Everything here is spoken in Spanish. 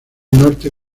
norte